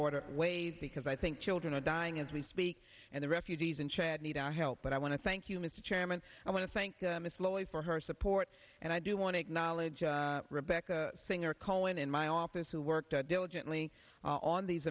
order ways because i think children are dying as we speak and the refugees in chad need our help but i want to thank you mr chairman i want to thank mr lowy for her support and i do want to acknowledge rebecca singer calling in my office who worked at diligently on these